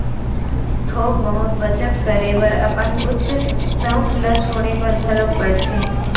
थोक बहुत बचत करे बर अपन कुछ सउख ल छोड़े बर घलोक परथे